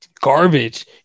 garbage